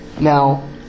Now